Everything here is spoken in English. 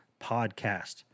podcast